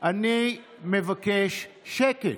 אני מבקש שקט.